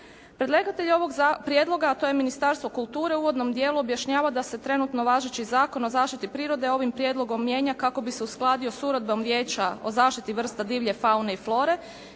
Predlagatelj ovog prijedloga, a to je Ministarstvo kulture u uvodnom dijelu objašnjava da se trenutno važeći Zakon o zaštiti prirode ovim prijedlogom mijenja kako bi se uskladio s uredbom Vijeća o zaštiti vrste divlje faune i flore